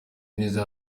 neza